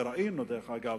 ראינו, דרך אגב,